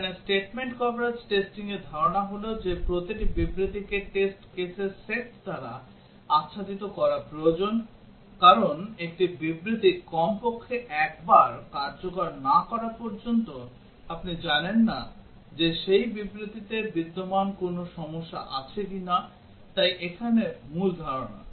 এখানে statement coverage testing এর ধারণা হল যে প্রতিটি বিবৃতিকে টেস্ট কেসের সেট দ্বারা আচ্ছাদিত করা প্রয়োজন কারণ একটি বিবৃতি কমপক্ষে একবার কার্যকর না করা পর্যন্ত আপনি জানেন না যে সেই বিবৃতিতে বিদ্যমান কোন সমস্যা আছে কিনা তাই এখানে মূল ধারণা